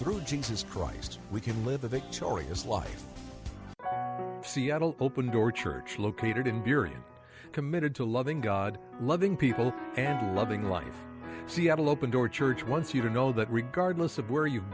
through jesus christ we can live a victorious life seattle open door church located in period committed to loving god loving people and loving life seattle open door church once you know that regardless of where you've